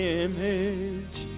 image